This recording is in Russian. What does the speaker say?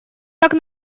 так